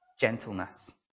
gentleness